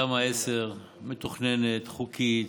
תמ"א 10, מתוכננת, חוקית,